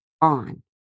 on